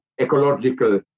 ecological